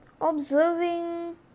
Observing